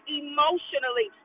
emotionally